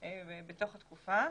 בתוך התקופה.